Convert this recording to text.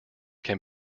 can